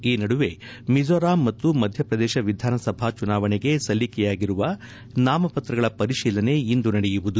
ಈ ನಡುವೆ ಮಿಜೋರಾಂ ಮತ್ತು ಮಧ್ಯಪ್ರದೇಶ ವಿಧಾನಸಭಾ ಚುನಾವಣೆಗೆ ಸಲ್ಲಿಕೆಯಾಗಿರುವ ನಾಮಪತ್ರಗಳ ಪರಿಶೀಲನೆ ಇಂದು ನಡೆಯುವುದು